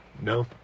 No